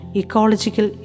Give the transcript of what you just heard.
ecological